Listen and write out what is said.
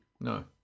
No